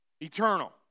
Eternal